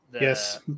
Yes